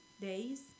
days